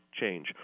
change